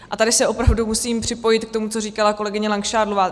A tady se opravdu musím připojit k tomu, co říkala kolegyně Langšádlová.